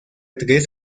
tres